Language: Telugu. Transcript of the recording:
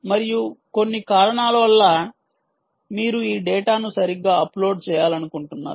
మరియు కొన్ని కారణాల వల్ల మీరు ఈ డేటాను సరిగ్గా అప్లోడ్ చేయాలనుకుంటున్నారు